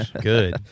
Good